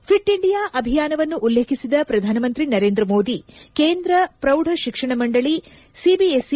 fit India ಅಭಿಯಾವನ್ನು ಉಲ್ಲೇಖಿಸಿದ ಪ್ರಧಾನಮಂತ್ರಿ ನರೇಂದ್ರ ಮೋದಿ ಕೇಂದ್ರ ಪೌಢ ಶಿಕ್ಷಣ ಮಂಡಳಿ ಸಿಐಎಸ್ಇ